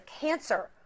cancer